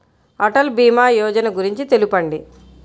అటల్ భీమా యోజన గురించి తెలుపండి?